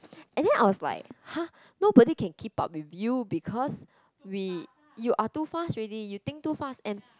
and then I was like !huh! nobody can keep up with you because we you are too fast already you think too fast and